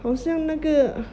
好像那个